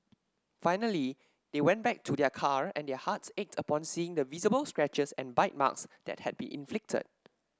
finally they went back to their car and their hearts ached upon seeing the visible scratches and bite marks that had been inflicted